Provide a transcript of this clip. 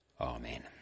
Amen